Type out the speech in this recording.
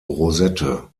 rosette